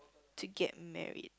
to get married